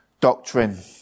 doctrine